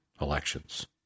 elections